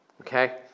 Okay